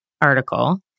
article